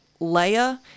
leia